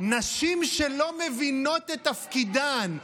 את תפקידן,